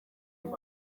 ati